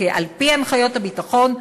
כי על-פי הנחיות הביטחון,